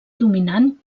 dominant